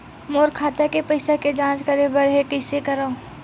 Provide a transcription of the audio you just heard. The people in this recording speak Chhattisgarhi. मोर खाता के पईसा के जांच करे बर हे, कइसे करंव?